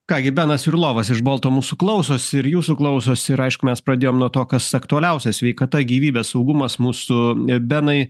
ką gi benas jurlovas iš bolto mūsų klausosi ir jūsų klausosi ir aišku mes pradėjom nuo to kas aktualiausia sveikata gyvybė saugumas mūsų benai